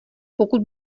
pokud